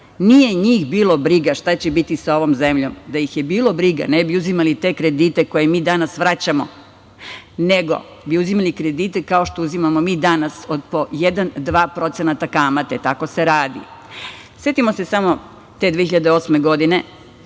njih bilo briga šta će biti sa ovom zemljom. Da ih je bilo briga, ne bi uzimali te kredite koje mi danas vraćamo, nego bi uzimali kredite, kao što uzimamo mi danas, od po 1%, 2% kamate. Tako se radi. Setimo se samo te 2008. godine,